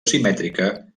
simètrica